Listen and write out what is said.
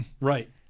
Right